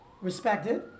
respected